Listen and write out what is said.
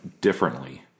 differently